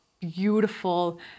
beautiful